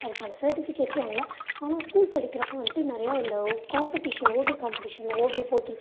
அதுக்கான சர்டிஃபிகேட்ஸும் வாங்கலை ஆனால் ஸ்கூல் படிக்கிறப்போ வந்துட்டு நிறையா இந்த ஒ காம்பெடிஷன் ஓவிய காம்பெடிஷனில் ஓவியப் போட்டி